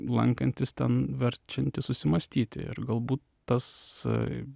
lankantis ten verčianti susimąstyti ir galbūt tas